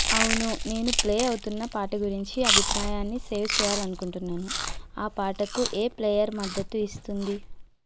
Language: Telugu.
అవును నేను ప్లే అవుతున్న పాట గురించి అభిప్రాయాన్ని సేవ్ చెయ్యాలని అనుకుంటున్నాను ఆ పాటకు ఏ ప్లేయర్ మద్దతు ఇస్తుంది